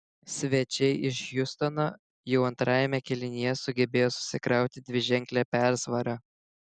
svečiai iš hjustono jau antrajame kėlinyje sugebėjo susikrauti dviženklę persvarą